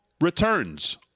returns